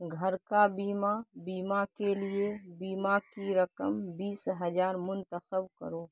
گھر کا بیمہ بیمہ کے لیے بیمہ کی رقم بیس ہزار منتخب کرو